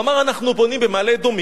הוא אמר: אנחנו בונים במעלה-אדומים,